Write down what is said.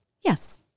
Yes